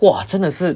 !wah! 真的是